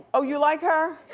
oh, you like her?